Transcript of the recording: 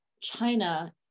China